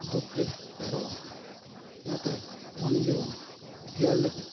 ᱫᱩᱠᱷ ᱜᱮ ᱰᱷᱮᱨᱚᱜᱼᱟ ᱚᱱᱟᱛᱮ ᱢᱚᱱ ᱡᱤᱵᱚᱱ ᱡᱤᱭᱟᱹᱲ ᱞᱟᱹᱜᱤᱫ